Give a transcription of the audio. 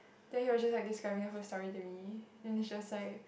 then he was just like describing the whole story to me then it's just like